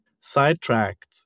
sidetracked